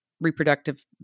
reproductive